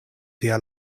tia